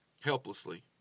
helplessly